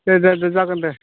दे दे दे जागोन दे